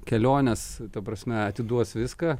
kelionės ta prasme atiduos viską